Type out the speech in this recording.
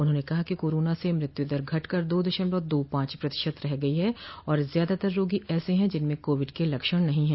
उन्होंने कहा कि कोरोना से मृत्युदर घटकर दो दशमलव दो पांच प्रतिशत रह गई है और ज्यादातर रोगी ऐसे हैं जिनमें कोविड के लक्षण नहीं हैं